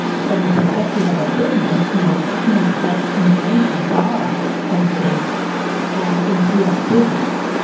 from the perspective of a business you know how can we collect information data from kids and improve our business.